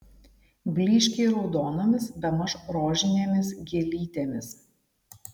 blyškiai raudonomis bemaž rožinėmis gėlytėmis